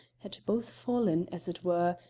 had both fallen, as it were,